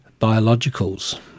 Biologicals